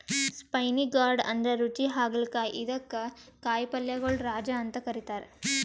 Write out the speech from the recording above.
spiny gourd ಅಂದ್ರ ರುಚಿ ಹಾಗಲಕಾಯಿ ಇದಕ್ಕ್ ಕಾಯಿಪಲ್ಯಗೊಳ್ ರಾಜ ಅಂತ್ ಕರಿತಾರ್